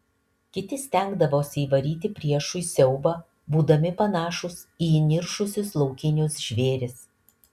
kiti stengdavosi įvaryti priešui siaubą būdami panašūs į įniršusius laukinius žvėris